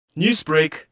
Newsbreak